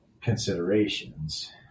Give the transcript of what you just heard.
considerations